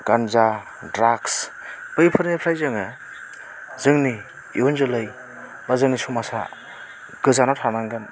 गान्जा ड्रागस बैफोरनिफ्राइ जोङो जोंनि इउन जोलै बा जोंनि समाजआ गोजानाव थानांगोन